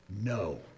no